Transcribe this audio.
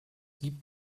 gibt